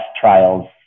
trials